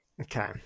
Okay